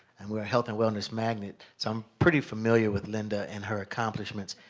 and we're a health and wellness magnet. so, i'm pretty familiar with linda and her accomplishments,